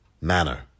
manner